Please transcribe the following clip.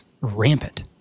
rampant